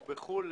הוא בחו"ל,